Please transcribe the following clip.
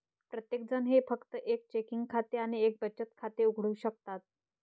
प्रत्येकजण जे फक्त एक चेकिंग खाते आणि एक बचत खाते उघडू शकतात